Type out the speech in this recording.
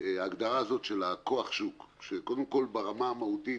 ההגדרה הזאת של כוח שוק קודם כל ברמה המהותית